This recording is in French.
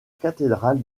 cathédrale